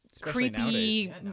creepy